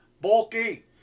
bulky